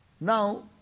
now